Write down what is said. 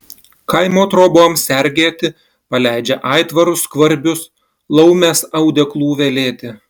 kaimo troboms sergėti paleidžia aitvarus skvarbius laumes audeklų velėti